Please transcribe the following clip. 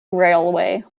railway